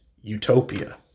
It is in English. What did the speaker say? utopia